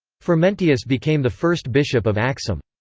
frumentius became the first bishop of aksum.